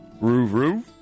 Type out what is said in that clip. Roo-roo